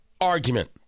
argument